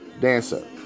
dancer